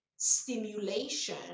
Stimulation